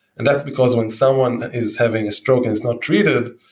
and that's because when someone is having a stroke and is not treated,